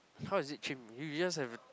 how is it chim you just have to